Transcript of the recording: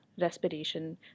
respiration